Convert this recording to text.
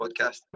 podcast